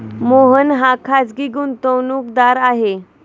मोहन हा खाजगी गुंतवणूकदार आहे